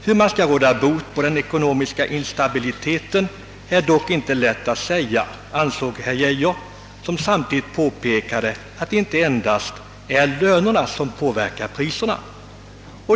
»Hur man skall råda bot på den ekonomiska instabiliteten är dock inte lätt att säga», framhöll herr Geijer samtidigt som han påpekade, att det inte endast är lönerna som påverkar priserna.